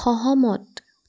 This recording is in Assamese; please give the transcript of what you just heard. সহমত